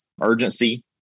urgency